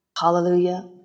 Hallelujah